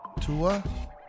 Tua